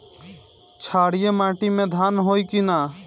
क्षारिय माटी में धान होई की न?